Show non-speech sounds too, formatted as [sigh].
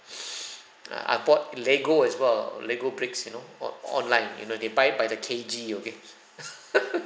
[breath] uh I bought Lego as well Lego bricks you know on online you know they by by the K_G okay [laughs]